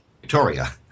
Victoria